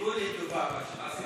עיגול לטובה, מה שנקרא.